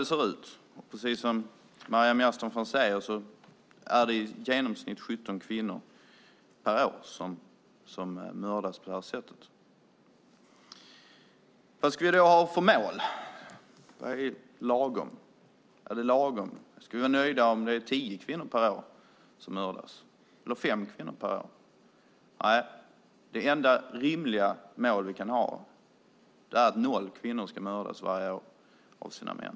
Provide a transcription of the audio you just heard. Det är så det ut. Precis om Maryam Yazdanfar säger är det i genomsnitt 17 kvinnor per år som mördas på det här sättet. Vilket mål ska vi då ha? Vad är lagom? Ska vi vara nöjda om det är tio kvinnor per år som mördas, eller fem kvinnor per år? Det enda rimliga mål vi kan ha är att noll kvinnor ska mördas varje år av sina män.